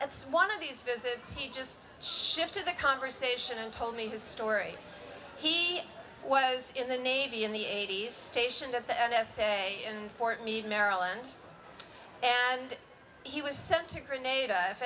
that's one of these visits he just shifted the conversation and told me his story he was in the navy in the eighty's stationed at the n s a in fort meade maryland and he was sent to an ada if